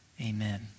amen